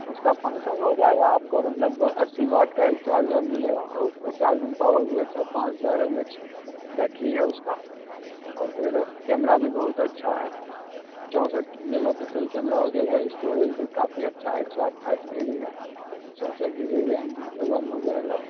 उसका फंक्सन हो जाएगा आपको मतलब अ अस्सी वाट का एक चार्जर मिलेगा और उसका चार्जिंग पावर भी अच्छा पाँच हजार एम एच बैटरी है उसका और फिर कैमड़ा भी बहुत अच्छा है चौंसठ के मेगापिक्सल कैमरा हो जाएगा स्टोरेज भी काफ़ी अच्छा एक सौ अट्ठाईस जी बी है चौंसठ जी बी रेम है रोम हो जाएगा